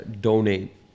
donate